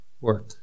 work